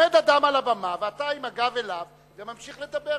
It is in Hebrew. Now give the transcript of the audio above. עומד אדם על הבמה ואתה עם הגב אליו וממשיך לדבר,